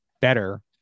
better